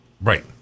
Right